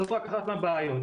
זאת רק אחת מהבעיות.